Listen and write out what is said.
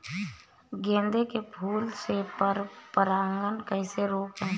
गेंदे के फूल से पर परागण कैसे रोकें?